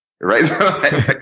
Right